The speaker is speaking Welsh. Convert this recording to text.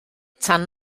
tan